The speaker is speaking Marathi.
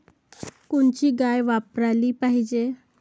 कोनची गाय वापराली पाहिजे?